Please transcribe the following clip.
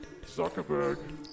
Zuckerberg